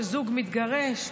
כשזוג מתגרש,